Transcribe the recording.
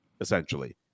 essentially